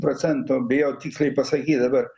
procentų bijau tiksliai pasakyt dabar